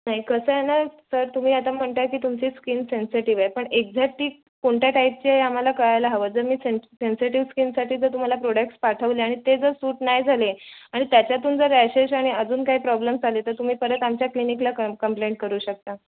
नाही कसं आहे ना सर तुम्ही आता म्हणत आहे की तुमची स्किल सेन्सेटिव आहे पण एक्झॅक्ट ती कोणत्या टाईपची आहे आम्हाला कळायला हवं जर मी सेन्से सेन्सेटिव स्किनसाठी जर तुम्हाला प्रोडक्टस पाठवले आणि ते जर सूट नाही झाले आणि त्याच्यातून जर रॅशेस आणि अजून काय प्रॉब्लम्स आले तर तुम्ही परत आमच्या क्लिनिकला कम कम्प्लेंट करू शकता